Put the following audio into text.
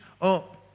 up